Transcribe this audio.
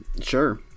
Sure